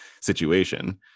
situation